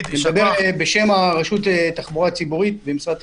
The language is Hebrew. אני מדבר בשם הרשות לתחבורה ציבורית במשרד התחבורה.